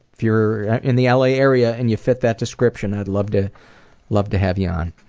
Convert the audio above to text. if you're in the ah la area and you fit that description, i'd love to love to have you on.